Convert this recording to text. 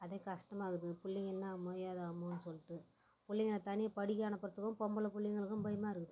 அதே கஷ்டமாக இருக்குது பிள்ளைங்க என்னாகுமோ ஏதாகுமோன்னு சொல்லிட்டு பிள்ளைங்கள தனியாக படிக்க அனுப்புகிறத்துக்கும் பொம்பள பிள்ளைங்களுக்கும் பயமாக இருக்குது